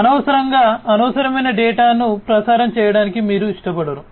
కాబట్టి అనవసరంగా అనవసరమైన డేటాను ప్రసారం చేయడానికి మీరు ఇష్టపడరు